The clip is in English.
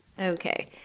Okay